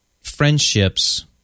friendships